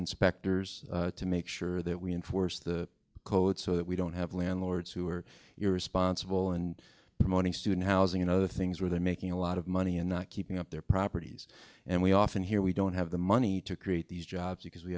inspectors to make sure that we enforce the code so that we don't have landlords who are your responsible and promoting student housing and other things where they're making a lot of money and not keeping up their properties and we often hear we don't have the money to create these jobs because we